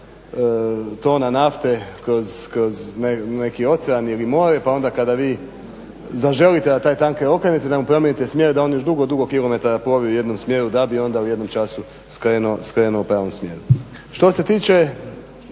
Što se tiče,